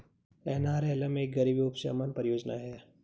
NRLM एक गरीबी उपशमन परियोजना है